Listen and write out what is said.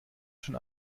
schon